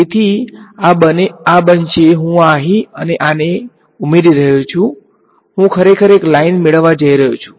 તેથી આ બનશે હું આ અહી અને આને ઉમેરી રહ્યો છું હું ખરેખર એક લાઇન મેળવવા જઈ રહ્યો છું